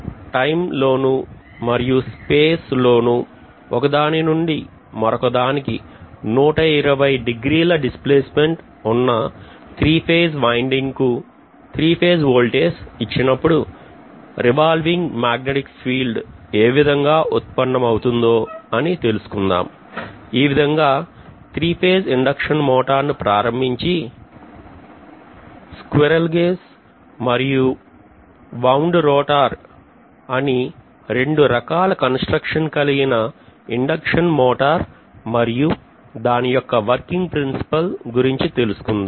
time లోనూ మరియు space లోనూ ఒకదానినుండి మరొక దానికి 120 డిగ్రీల డిస్ ప్లేస్మెంట్ ఉన్న త్రీఫేజ్ వైన్డింగ్ కు త్రీఫేజ్ ఓల్టేజ్ ను ఇచ్చినప్పుడు రివాల్వింగ్ మ్యాగ్నెటిక్ ఫీల్డ్ ఏ విధంగా ఉత్పన్నమవుతుంది అని తెలుసుకుందాం ఈ విధంగా త్రీఫేజ్ ఇండక్షన్ మోటార్ ను ప్రారంభించి squirrel cage మరియు wound rotor అని 2 రకాల కన్స్ట్రక్షన్ కలిగిన ఇండక్షన్ మోటార్ మరియు దాని యొక్క వర్కింగ్ ప్రిన్సిపల్ గురించి తెలుసుకుందాం